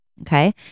Okay